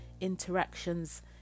interactions